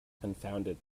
confounded